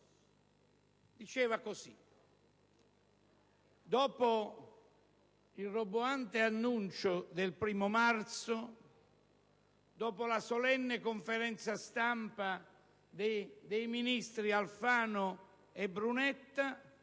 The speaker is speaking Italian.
scriveva così: «Dopo il roboante annuncio del primo marzo, dopo la solenne conferenza stampa dei ministri Alfano e Brunetta,